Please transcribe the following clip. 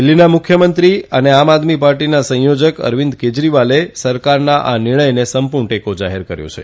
દિલ્હીના મુખ્યમંત્રી અને આમ આદમીના સંયોજક અરવિંદ કેજરીવાલે સરકારના આ નિર્ણયને સંપૂર્ણ ટેકો જાહેર કર્યો છે